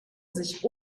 sich